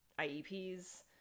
IEPs